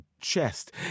chest